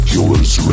Killers